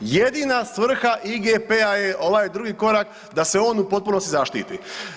Jedina svrha IGP-a je ovaj drugi korak da se on u potpunosti zaštiti.